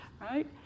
right